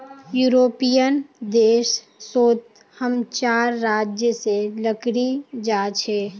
European देश सोत हम चार राज्य से लकड़ी जा छे